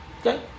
Okay